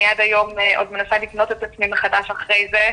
אני עד היום עוד מנסה לבנות את עצמי מחדש אחרי זה,